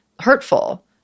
hurtful